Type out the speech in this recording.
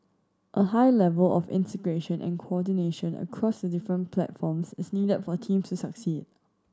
a high level of integration and coordination across the different platforms is needed for teams to succeed